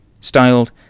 styled